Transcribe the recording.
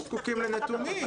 אנחנו זקוקים לנתונים.